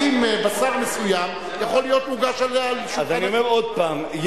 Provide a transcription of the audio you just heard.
האם בשר מסוים יכול להיות מוגש על שולחן --- אני אומר עוד פעם,